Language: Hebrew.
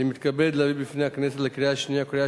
אני מתכבד להביא בפני הכנסת לקריאה שנייה ולקריאה